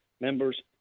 members